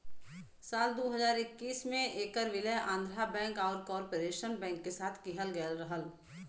साल दू हज़ार इक्कीस में ऐकर विलय आंध्रा बैंक आउर कॉर्पोरेशन बैंक के साथ किहल गयल रहल